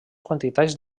quantitats